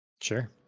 Sure